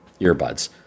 earbuds